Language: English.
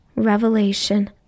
revelation